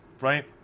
right